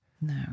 No